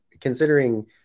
considering